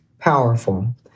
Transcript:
Powerful